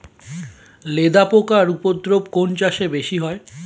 লেদা পোকার উপদ্রব কোন চাষে বেশি হয়?